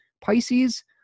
Pisces